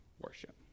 worship